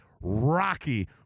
rocky